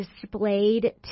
displayed